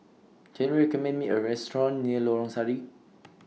Can YOU recommend Me A Restaurant near Lorong Sari